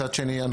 מצד שני,